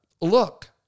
Look